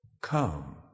Come